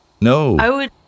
No